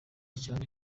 cyane